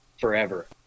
forever